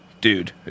Dude